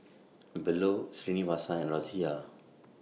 Bellur Srinivasa and Razia